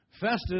Festus